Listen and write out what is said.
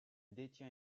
détient